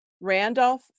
Randolph